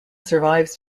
survives